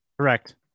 Correct